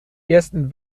ersten